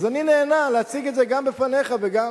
אז אני נהנה להציג את זה גם בפניך וגם